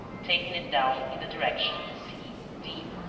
taking it down in the direction c, d.